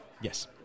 Yes